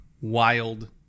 wild